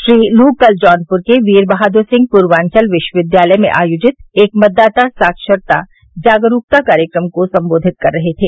श्री लू कल जौनपुर के वीर बहादुर सिंह पूर्वांचल विश्वविद्यालय में आयोजित एक मतदाता साक्षरता जागरूकता कार्यक्रम को सम्बोधित कर रहे थे